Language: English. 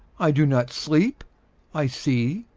i do not sleep i see,